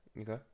Okay